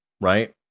right